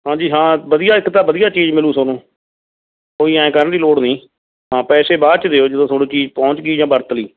ਹਾਂਜੀ ਹਾਂ ਵਧੀਆ ਇੱਕ ਤਾਂ ਵਧੀਆ ਚੀਜ਼ ਮਿਲੂ ਤੁਹਾਨੂੰ ਕੋਈ ਐਂ ਕਰਨ ਦੀ ਲੋੜ ਨਹੀਂ ਹਾਂ ਪੈਸੇ ਬਾਅਦ 'ਚ ਦਿਓ ਜਦੋਂ ਤੁਹਾਨੂੰ ਚੀਜ਼ ਪਹੁੰਚ ਗਈ ਜਾਂ ਵਰਤ ਲਈ